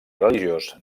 religiós